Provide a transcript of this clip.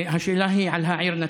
השאלה היא על העיר נצרת.